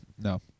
no